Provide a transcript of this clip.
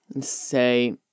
Say